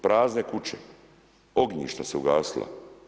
Prazne kuće, ognjišta se ugasila.